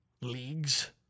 leagues